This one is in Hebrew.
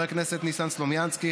חבר הכנסת ניסן סלומינסקי,